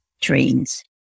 trains